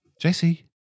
Jesse